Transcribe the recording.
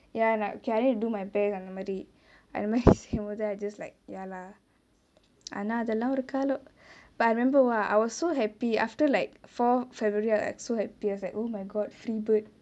ya and I need to do my best அந்த மாரி அந்த மாரி செய்யும்போது:antha maari antha maari seiyumpothu I just like ya lah ஆனா அதுலே ஒரு காலோ:aana athulaa oru kaalo but I remember !wah! I was so happy after like fourth february I was so happy I was like oh my god free bird